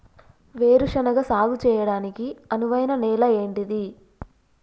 వేరు శనగ సాగు చేయడానికి అనువైన నేల ఏంటిది?